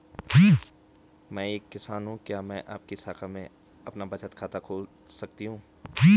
मैं एक किसान हूँ क्या मैं आपकी शाखा में अपना बचत खाता खोल सकती हूँ?